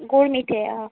গুৰ মিঠৈ অঁ